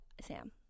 Sam